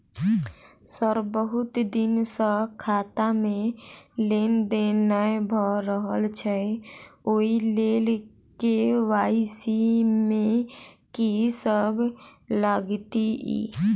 Sir बहुत दिन सऽ खाता मे लेनदेन नै भऽ रहल छैय ओई लेल के.वाई.सी मे की सब लागति ई?